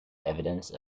evidence